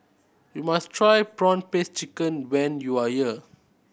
you must try prawn paste chicken when you are here